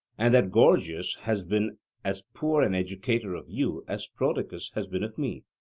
and that gorgias has been as poor an educator of you as prodicus has been of me.